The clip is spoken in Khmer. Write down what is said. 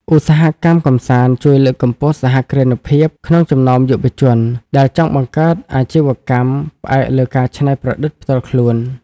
ឧស្សាហកម្មកម្សាន្តជួយលើកកម្ពស់សហគ្រិនភាពក្នុងចំណោមយុវជន ដែលចង់បង្កើតអាជីវកម្មផ្អែកលើការច្នៃប្រឌិតផ្ទាល់ខ្លួន។